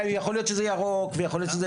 ויכול להיות שזה ירוק ויכול להיות שזה